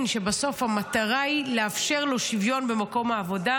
שבסוף המטרה היא לאפשר שוויון במקום העבודה,